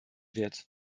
wird